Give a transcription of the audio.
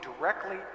directly